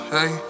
Hey